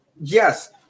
Yes